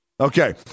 okay